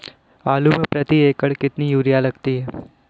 आलू में प्रति एकण कितनी यूरिया लगती है?